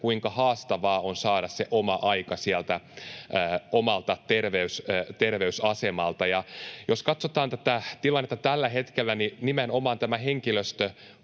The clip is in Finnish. kuinka haastavaa on saada se oma aika sieltä omalta terveysasemalta. Jos katsotaan tilannetta tällä hetkellä, niin nimenomaan tämä henkilöstöpula